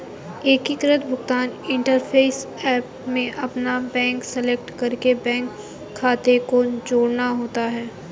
एकीकृत भुगतान interface app में अपना बैंक सेलेक्ट करके बैंक खाते को जोड़ना होता है